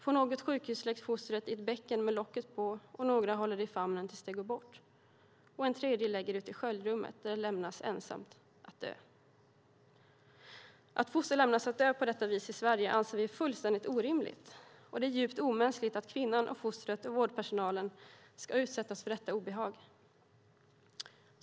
På något sjukhus läggs fostret i ett bäcken med locket på, några håller det i famnen tills det går bort och andra lägger det ute i sköljrummet där det lämnas ensamt att dö. Att foster lämnas att dö på detta vis i Sverige anser vi är fullständigt orimligt, och det är djupt omänskligt att kvinnan, fostret och vårdpersonalen ska utsättas för detta obehag.